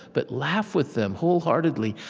but laugh with them wholeheartedly,